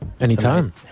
Anytime